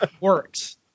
works